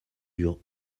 eurent